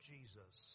Jesus